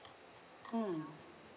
hmm